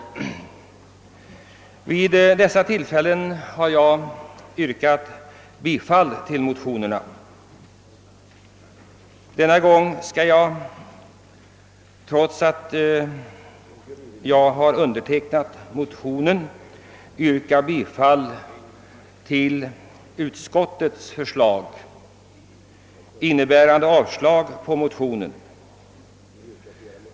Vid dessa tillfällen har jag yrkat bifall till motionerna. Denna gång skall jag trots att jag är motionär yrka bifall till utskottets hemställan om avslag på motionerna.